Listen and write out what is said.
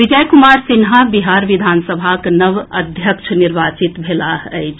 विजय कुमार सिन्हा बिहार विधानसभाक नव अध्यक्ष निर्वाचित भेलाह अछि